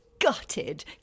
gutted